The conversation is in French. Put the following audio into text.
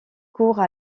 court